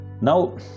Now